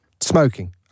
Smoking